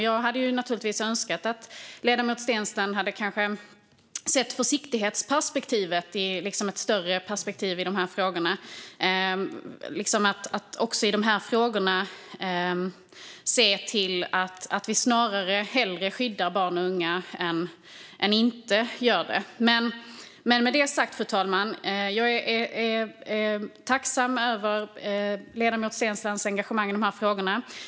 Jag hade önskat att ledamoten Steensland kanske hade sett mer av ett försiktighetsperspektiv här, att hellre skydda barn och unga än att inte göra det. Men med det sagt, fru talman, är jag tacksam över ledamoten Steenslands engagemang i dessa frågor.